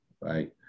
Right